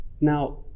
Now